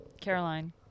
Caroline